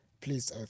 Please